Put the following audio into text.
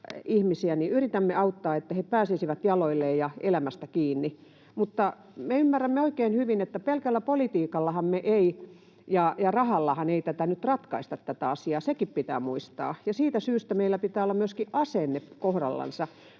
ihmisiä, niin että he pääsisivät jaloilleen ja elämästä kiinni. Mutta me ymmärrämme oikein hyvin, että pelkällä politiikalla ja rahallahan me ei nyt ratkaista tätä asiaa, sekin pitää muistaa, ja siitä syystä meillä pitää olla myöskin asenne kohdallaan.